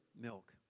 milk